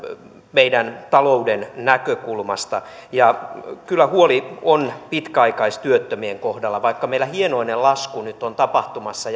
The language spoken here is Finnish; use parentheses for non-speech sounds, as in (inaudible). meidän taloutemme näkökulmasta kyllä huoli on pitkäaikaistyöttömien kohdalla vaikka meillä hienoinen lasku nyt on tapahtumassa (unintelligible)